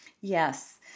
Yes